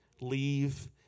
Leave